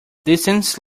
distance